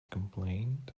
complained